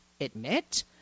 admit